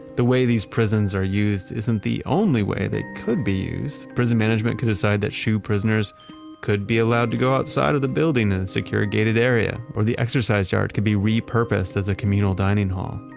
the way these prisons are used isn't the only way they could be used. prison management could decide that shu prisoners could be allowed to go outside of the building in a secure gated area, or the exercise yard can be re-purposed as a communal dining hall.